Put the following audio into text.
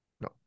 no